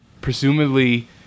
presumably